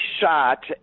shot